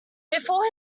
before